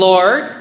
Lord